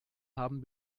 haben